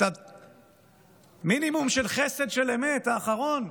לקבל מינימום חסד של אמת אחרון,